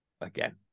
again